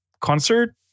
concert